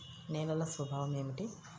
నేలల స్వభావం ఏమిటీ?